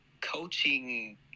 coaching